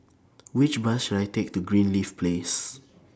Which Bus should I Take to Greenleaf Place